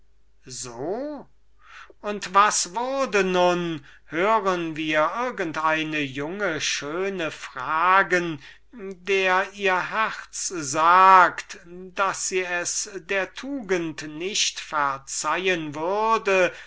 so und was wurde nun so deucht mich hör ich irgend eine junge schöne fragen der ihr herz sagt daß sie es der tugend nicht verzeihen würde